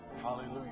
Hallelujah